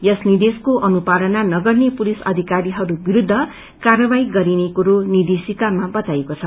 यस निर्देशिकाको अनुपालना नगर्ने पुलिस अधिकीहरू विरूद्ध कार्यावाही गरिने कुरो निद्रेशिकामा बताईएको छ